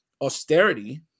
austerity